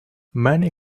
many